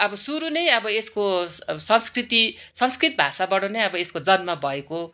अब सुरू नै आबो यसको अब संस्कृति संस्कृत भाषाबाट नै अब यासको जन्म भएको